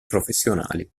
professionali